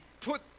put